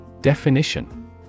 Definition